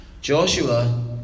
Joshua